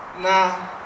nah